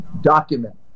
Document